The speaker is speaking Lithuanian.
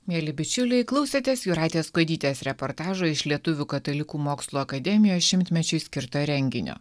mieli bičiuliai klausėtės jūratės kuodytės reportažo iš lietuvių katalikų mokslo akademijos šimtmečiui skirta renginio